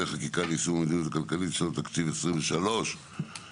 חקיקה ליישום המדיניות הכלכלית לשנות התקציב 2023 ו-2024),